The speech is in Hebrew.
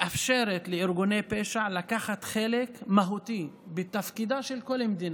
מאפשרת לארגוני פשע לקחת חלק מהותי בתפקידה של כל מדינה,